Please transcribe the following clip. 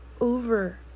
over